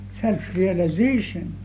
self-realization